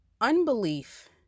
unbelief